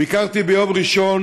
ביקרתי ביום ראשון